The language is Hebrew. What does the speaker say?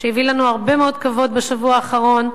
שהביא לנו הרבה מאוד כבוד בשבוע האחרון,